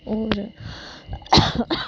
और